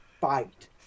fight